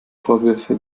vorwürfe